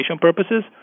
purposes